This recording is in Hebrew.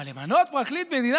אבל למנות פרקליט מדינה?